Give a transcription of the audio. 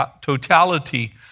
totality